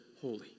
holy